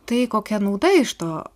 tai kokia nauda iš to